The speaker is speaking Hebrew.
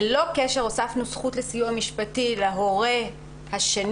ללא קשר הוספנו זכות לסיוע משפטי להורה השני,